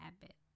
habit